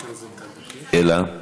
לא.